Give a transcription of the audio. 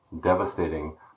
devastating